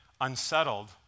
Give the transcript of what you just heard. unsettled